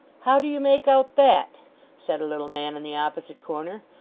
how do you make out that said a little man in the opposite corner.